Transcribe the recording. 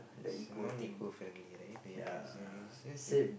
is non eco-friendly right ya is just is just that